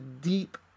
deep